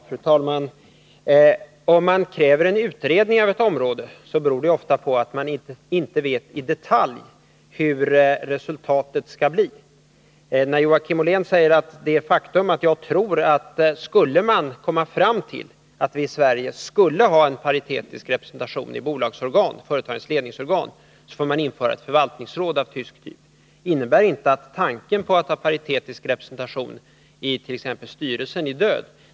Fru talman! Om man kräver en utredning på ett område, beror det ofta på att man inte i detalj vet hur resultatet skall bli. Joakim Ollén säger med anledning av det faktum att jag tror att en utredning skulle leda fram till att vi i Sverige skulle införa paritetisk representation i företagens ledningsorgan att vi då måste införa ett förvaltningsråd av tysk typ. Detta innebär inte att tanken på paritetisk representation i t.ex. styrelser är död.